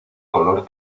color